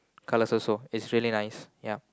colours also it's really nice ya